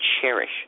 cherish